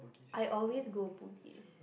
I always go Bugis